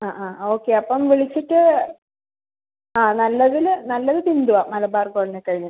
ആ ആ ഓക്കെ അപ്പം വിളിച്ചിട്ട് ആ നല്ലതിൽ നല്ലത് ബിന്ദുവാണ് മലബാർ ഗോൾഡിനെ കഴിഞ്ഞ്